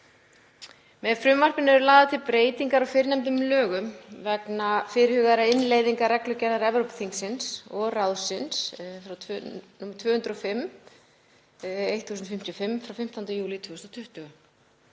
Með frumvarpinu eru lagðar til breytingar á fyrrnefndum lögum vegna fyrirhugaðrar innleiðingar reglugerðar Evrópuþingsins og ráðsins (ESB) 2020/1055 frá 15. júlí 2020.